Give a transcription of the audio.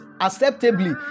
acceptably